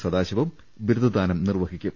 സദാശിവം ബിരുദദാനം നിർവഹിക്കും